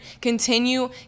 continue